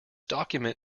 document